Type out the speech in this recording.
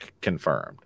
confirmed